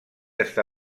està